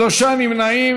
שלושה נמנעים.